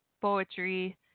poetry